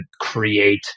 create